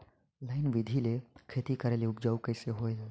Line बिधी ले खेती करेले उपजाऊ कइसे होयल?